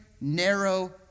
narrow